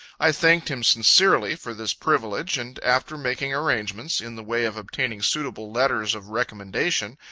i thanked him sincerely for this privilege, and after making arrangements, in the way of obtaining suitable letters of recommendation,